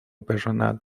personal